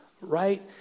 Right